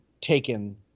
taken